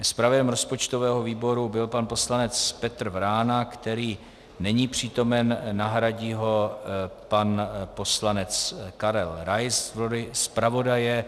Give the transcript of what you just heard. Zpravodajem rozpočtového výboru byl pan poslanec Petr Vrána, který není přítomen, nahradí ho pan poslanec Karel Rais v roli zpravodaje.